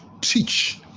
teach